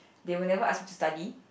they will never ask study